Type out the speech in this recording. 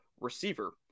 receiver